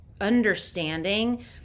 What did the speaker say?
understanding